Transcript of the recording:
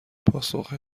پاسخی